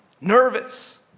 nervous